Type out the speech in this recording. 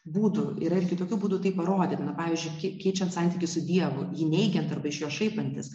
būdų yra ir kitokių būdų tai parodyt na pavyzdžiui keičiant santykį su dievu jį neigiant arba iš jo šaipantis